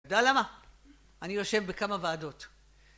אתה יודע למה? אני יושב בכמה ועדות